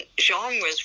genres